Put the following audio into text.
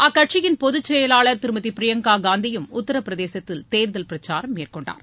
அக்கட்சியின் பொதுச் செயவாளர் திருமதி பிரியங்கா காந்தியும் உத்தரபிரதேசத்தில் தேர்தல் பிரச்சாரம் மேற்கொண்டார்